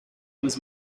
was